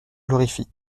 glorifie